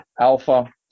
Alpha